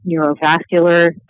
neurovascular